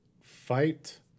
fight